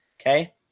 okay